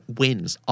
wins